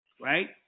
right